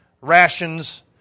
rations